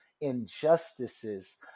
injustices